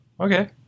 Okay